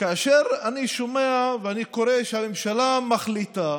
כאשר אני שומע ואני קורא שהממשלה מחליטה